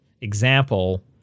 Example